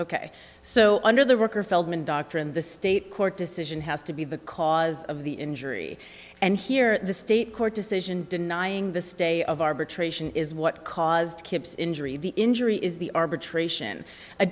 ok so under the worker feldman doctrine the state court decision has to be the cause of the injury and here the state court decision denying the stay of arbitration is what caused kipps injury the injury is the arbitration a